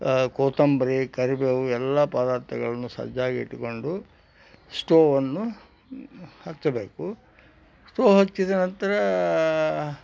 ಕೊತ್ತಂಬರಿ ಕರಿಬೇವು ಎಲ್ಲ ಪದಾರ್ಥಗಳನ್ನು ಸಜ್ಜಾಗಿ ಇಟ್ಟುಕೊಂಡು ಸ್ಟೋವನ್ನು ಹಚ್ಚಬೇಕು ಸ್ಟೋವ್ ಹಚ್ಚಿದ ನಂತರ